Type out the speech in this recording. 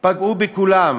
פגעו בכולם,